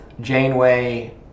Janeway